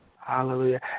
Hallelujah